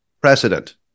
precedent